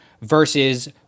versus